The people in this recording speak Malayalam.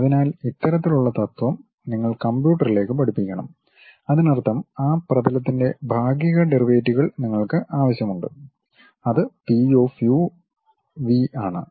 അതിനാൽ ഇത്തരത്തിലുള്ള തത്ത്വം നിങ്ങൾ കമ്പ്യൂട്ടറിലേക്ക് പഠിപ്പിക്കണം അതിനർത്ഥം ആ പ്രതലത്തിന്റെ ഭാഗിക ഡെറിവേറ്റീവുകൾ നിങ്ങൾക്ക് ആവശ്യമുണ്ട് അത് പി ഓഫ് യു വി ആണ്